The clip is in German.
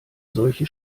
solche